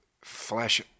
flash